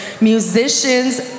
musicians